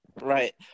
Right